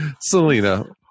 Selena